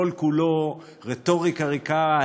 כל-כולו רטוריקה ריקה,